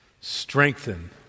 Strengthen